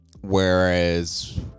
whereas